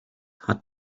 had